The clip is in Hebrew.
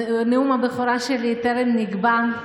נאום הבכורה שלי טרם נקבע,